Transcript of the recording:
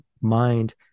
mind